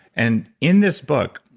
and in this book,